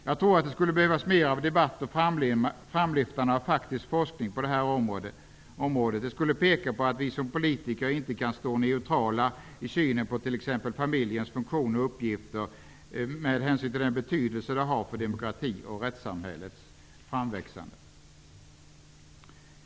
Jag tror att det skulle behövas mer debatt och framlyftande av faktisk forskning på det här området. Det skulle peka på att vi som politiker inte kan stå neutrala i fråga om synen på t.ex. familjens funktion och uppgifter med hänsyn till den betydelse som det har för demokratin och rättssamhällets framväxande.